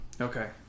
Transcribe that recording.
Okay